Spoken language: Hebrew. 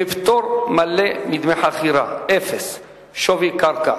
בפטור מלא מדמי חכירה, אפס אחוז משווי קרקע.